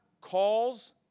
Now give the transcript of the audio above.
calls